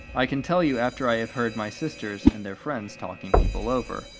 i can tell you after i have heard my sisters and their friends talking people over,